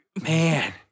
man